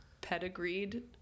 pedigreed